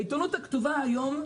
העיתונות הכתובה היום,